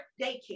daycare